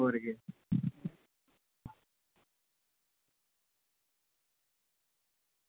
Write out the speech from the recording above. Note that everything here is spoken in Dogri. होर केह्